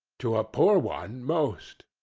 to a poor one most.